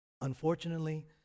Unfortunately